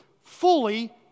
fully